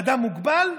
לאדם מוגבל,